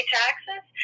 taxes